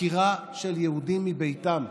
עקירה של יהודים מביתם.